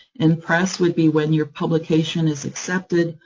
in press would be when your publication is accepted,